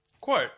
quote